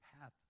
path